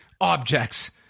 objects